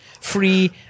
free